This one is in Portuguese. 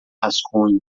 rascunho